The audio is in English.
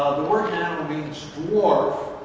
the word nano means dwarf,